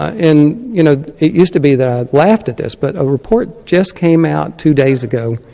and you know it used to be that i laughed at this, but a report just came out two days ago